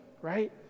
right